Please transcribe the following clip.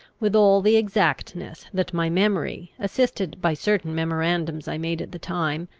with all the exactness that my memory, assisted by certain memorandums i made at the time,